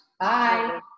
Bye